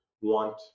want